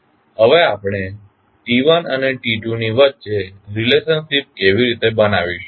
હવે આપણે T1અને T2 ની વચ્ચે રિલેશનસીપ કેવી રીતે બનાવીશું